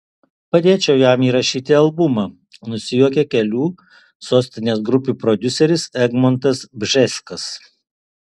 padėčiau jam įrašyti albumą nusijuokė kelių sostinės grupių prodiuseris egmontas bžeskas